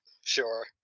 Sure